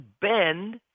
bend